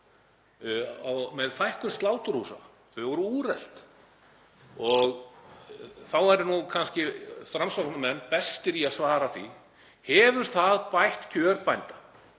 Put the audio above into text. með fækkun sláturhúsa, þau voru úrelt, þá eru nú kannski Framsóknarmenn bestir í að svara því: Hefur það bætt kjör bænda?